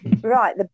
Right